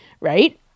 Right